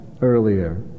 earlier